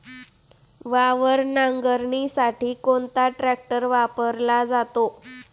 वावर नांगरणीसाठी कोणता ट्रॅक्टर वापरला जातो?